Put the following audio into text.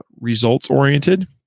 results-oriented